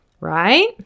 right